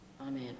Amen